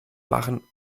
machen